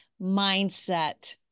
mindset